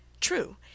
True